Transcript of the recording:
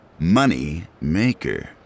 Moneymaker